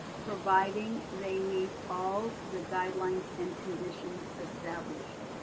providing they meet all the guidelines and conditions established.